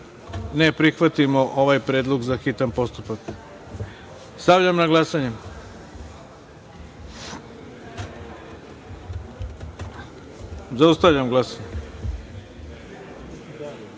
ne prihvatamo ovaj predlog za hitan postupak. Stavljam na glasanje. Zaustavljam glasanje.